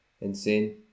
Insane